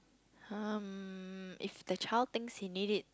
um if the child thinks he need it